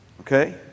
okay